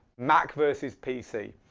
mac versus pc.